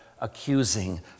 accusing